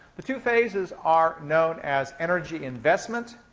the two phases are known as energy investment